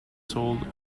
sold